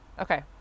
Okay